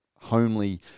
homely